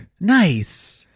Nice